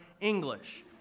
English